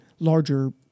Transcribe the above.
Larger